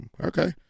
okay